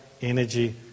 energy